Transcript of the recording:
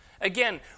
Again